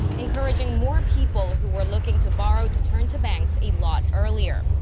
encouraging more people who were looking to borrow to turn to banks a lot earlier.